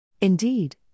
Indeed